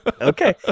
Okay